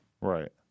Right